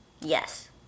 Yes